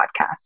podcast